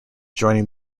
joining